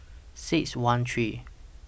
six one three